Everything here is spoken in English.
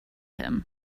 him